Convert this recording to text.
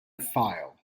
file